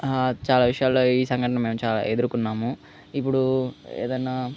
చాలా విషయాల్లో ఈ సంఘటనలు మేము చాలా ఎదురుకున్నాము ఇప్పుడూ ఏదన్నా